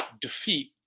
defeat